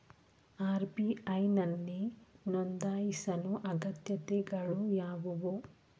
RBI ನಲ್ಲಿ ನೊಂದಾಯಿಸಲು ಅಗತ್ಯತೆಗಳು ಯಾವುವು?